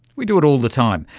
we do it all the time.